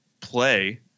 play